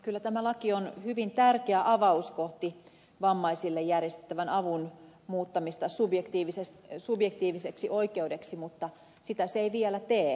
kyllä tämä laki on hyvin tärkeä avaus kohti vammaisille järjestettävän avun muuttamista subjektiiviseksi oikeudeksi mutta sitä se ei vielä tee